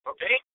Okay